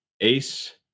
Ace